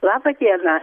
laba diena